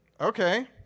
Okay